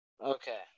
Okay